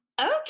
Okay